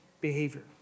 behavior